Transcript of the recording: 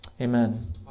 Amen